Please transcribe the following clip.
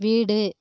வீடு